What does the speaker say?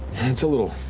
and it's a little,